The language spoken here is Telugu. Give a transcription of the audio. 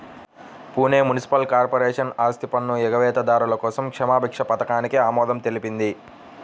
పూణె మునిసిపల్ కార్పొరేషన్ ఆస్తిపన్ను ఎగవేతదారుల కోసం క్షమాభిక్ష పథకానికి ఆమోదం తెలిపింది